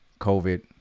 COVID